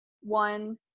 one